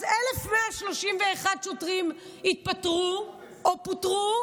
אז 1,131 שוטרים התפטרו או פוטרו.